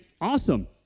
awesome